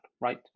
right